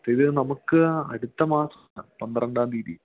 ഇത് നമുക്ക് ആ അടുത്ത മാസം പന്ത്രണ്ടാം തീയതി